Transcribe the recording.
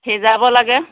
সিজাব লাগে